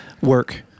work